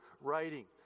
writing